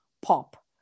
pop